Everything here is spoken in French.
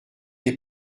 des